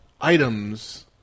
items